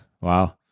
wow